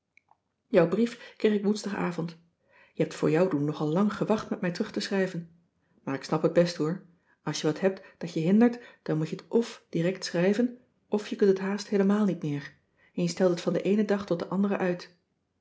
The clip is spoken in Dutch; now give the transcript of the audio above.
jouw brief kreeg ik woensdagavond je hebt voor jouw doen nogal lang gewacht met mij terug te schrijven maar ik snap het best hoor als je wat hebt dat je hindert dan moet je t f direct schrijven f je kunt het haast heelemaal niet meer en je stelt het van den eenen dag tot den andere uit